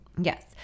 Yes